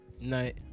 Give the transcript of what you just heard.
night